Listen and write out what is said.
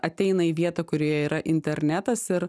ateina į vietą kurioje yra internetas ir